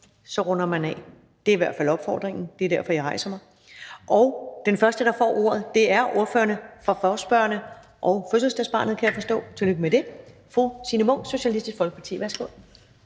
op, runder man af. Det er i hvert fald opfordringen. Det er derfor, jeg rejser mig. Den første, der får ordet, er ordføreren for forespørgerne – og fødselsdagsbarnet, kan jeg forstå, tillykke med det – fru Signe Munk, Socialistisk Folkeparti. Værsgo.